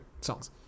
songs